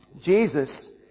Jesus